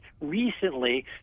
recently